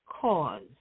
cause